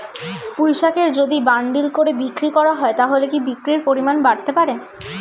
পুঁইশাকের যদি বান্ডিল করে বিক্রি করা হয় তাহলে কি বিক্রির পরিমাণ বাড়তে পারে?